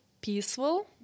peaceful